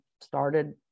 started